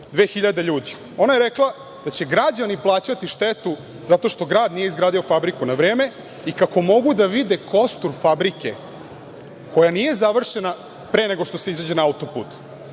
2.000 ljudi. Ona je rekla da će građani plaćati štetu zato što grad nije izgradio fabriku na vreme i kako mogu da vide kostur fabrike, koja nije završena, pre nego što se izađe na auto-put.